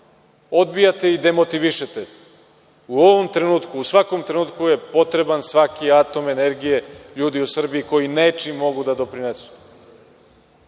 odbijate i demotivišete. U ovom trenutku, u svakom trenutku je potreban svaki atom energije ljudi u Srbiji koji nečim mogu da doprinesu.